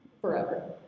forever